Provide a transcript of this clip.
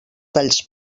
talls